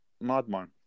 madman